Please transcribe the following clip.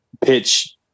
pitch